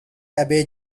abe